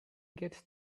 gets